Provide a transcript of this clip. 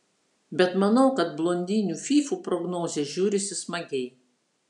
bet manau kad blondinių fyfų prognozės žiūrisi smagiai